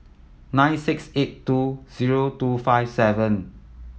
nine six eight two zero two five seven